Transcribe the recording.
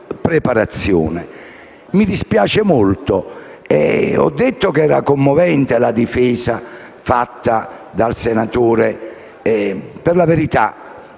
mi dispiace molto. Ho detto che era commovente la difesa fatta dal senatore: era